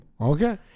Okay